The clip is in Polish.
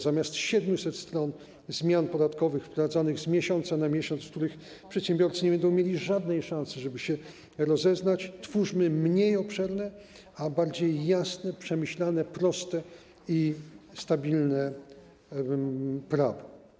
Zamiast 700 stron zmian podatkowych wprowadzanych z miesiąca na miesiąc, w których przedsiębiorcy nie będą mieli żadnej szansy, żeby się rozeznać, twórzmy mniej obszerne, a bardziej jasne, przemyślane, proste i stabilne prawo.